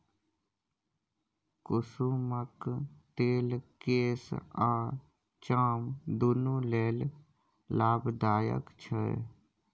कुसुमक तेल केस आ चाम दुनु लेल लाभदायक छै